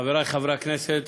חברי חברי הכנסת,